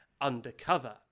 undercover